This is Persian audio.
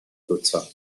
دوتا